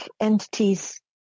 entities